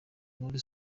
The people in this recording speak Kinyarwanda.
nkuru